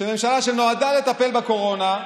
בממשלה שנועדה לטפל בקורונה,